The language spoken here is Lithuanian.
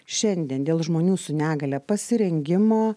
šiandien dėl žmonių su negalia pasirengimo